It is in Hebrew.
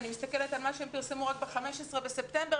אני מסתכלת על מה שהם פרסמו ב-15 בספטמבר.